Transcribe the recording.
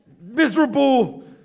miserable